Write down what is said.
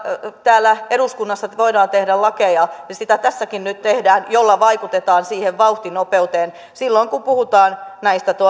täällä eduskunnassa voidaan tehdä lakeja ja sitä tässäkin nyt tehdään joilla vaikutetaan siihen nopeuteen silloin kun puhutaan näistä